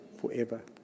forever